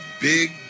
big